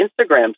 Instagram